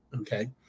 Okay